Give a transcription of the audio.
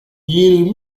yirmi